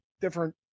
different